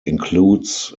includes